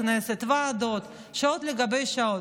עובדי הכנסת, ועדות, שעות על גבי שעות.